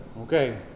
Okay